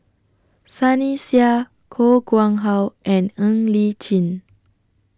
Sunny Sia Koh Nguang How and Ng Li Chin